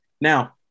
Now